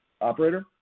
Operator